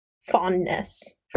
fondness